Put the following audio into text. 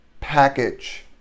package